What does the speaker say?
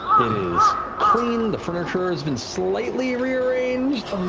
it is clean, the furniture's been slightly rearranged.